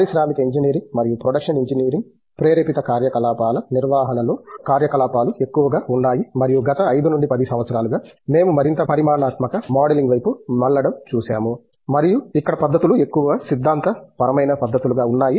పారిశ్రామిక ఇంజనీరింగ్ మరియు production engineering ప్రేరేపిత కార్యకలాపాల నిర్వహణలో కార్యకలాపాలు ఎక్కువగా ఉన్నాయి మరియు గత 5 నుండి 6 సంవత్సరాలుగా మేము మరింత పరిమాణాత్మక మోడలింగ్ వైపు మళ్లడం చూశాము మరియు ఇక్కడ పద్దతులు ఎక్కువ సిద్ధాంత పరమైన పద్ధతులుగా ఉన్నాయి